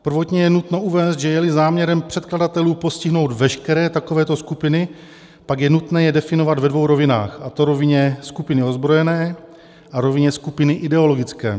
Prvotně je nutno uvést, že jeli záměrem předkladatelů postihnout veškeré takovéto skupiny, pak je nutné je definovat ve dvou rovinách, a to rovině skupiny ozbrojené a rovině skupiny ideologické.